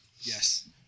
Yes